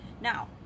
now